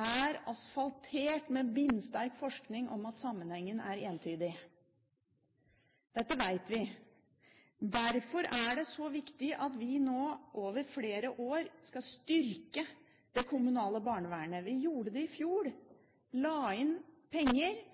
er asfaltert med bindsterk forskning om at sammenhengen er entydig. Dette vet vi. Derfor er det så viktig at vi nå over flere år skal styrke det kommunale barnevernet. Vi gjorde det i fjor – la inn penger –